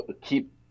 keep